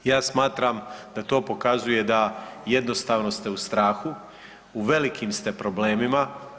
Ja smatram da to pokazuje da jednostavno ste u strahu, u velikim ste problemima.